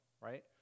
right